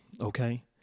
okay